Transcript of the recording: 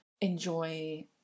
enjoy